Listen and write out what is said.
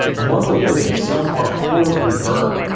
among the living, some are horribly burned.